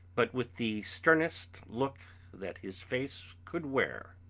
but with the sternest look that his face could wear